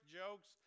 jokes